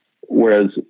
Whereas